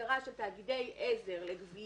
ההגדרה של תאגידי עזר לגבייה,